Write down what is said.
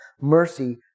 mercy